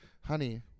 honey